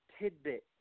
tidbit